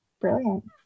brilliant